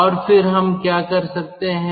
और फिर हम क्या कर सकते हैं